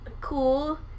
Cool